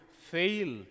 fail